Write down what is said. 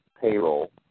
payroll